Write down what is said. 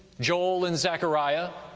joel and zechariah.